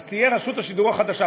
אז תהיה "רשות השידור החדשה",